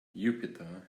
jupiter